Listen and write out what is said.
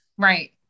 Right